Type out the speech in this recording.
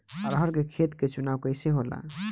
अरहर के खेत के चुनाव कइसे होला?